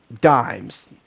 dimes